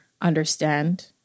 understand